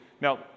now